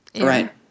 Right